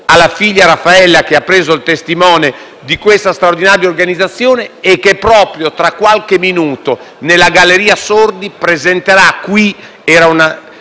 alla figlia Raffaella, che ha preso il testimone di questa straordinaria organizzazione e che proprio tra qualche minuto, presso la Galleria Alberto Sordi presenterà (era